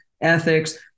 ethics